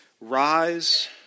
Rise